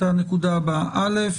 את הנקודה הבאה אל"ף,